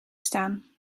staan